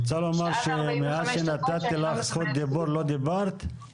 את רוצה לומר שמאז שנתתי לך זכות דיבור לא דיברת?